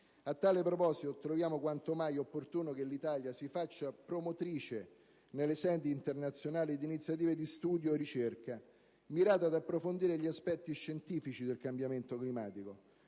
A tale proposito troviamo quanto mai opportuno che l'Italia si faccia promotrice nelle sedi internazionali di iniziative di studio e ricerca, mirate ad approfondire gli aspetti scientifici del cambiamento climatico,